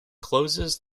closes